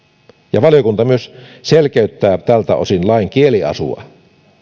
valiokunta myös selkeyttää tältä osin lain kieliasua